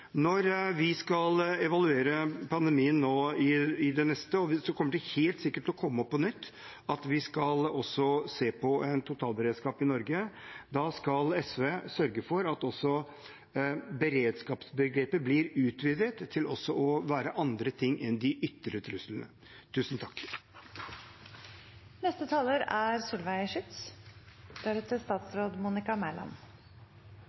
Når vi skal evaluere pandemien i det neste, kommer det helt sikkert til å komme opp på nytt at vi også skal se på en totalberedskap i Norge. Da skal SV sørge for at beredskapsbegrepet blir utvidet til også å være andre ting enn de ytre truslene. Utfordringene knyttet til samfunnssikkerhet og beredskap er